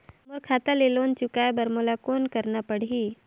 मोर खाता ले लोन चुकाय बर मोला कौन करना पड़ही?